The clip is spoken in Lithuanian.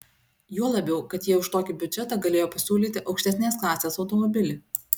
juo labiau kad jie už tokį biudžetą galėjo pasiūlyti aukštesnės klasės automobilį